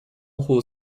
who